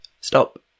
Stop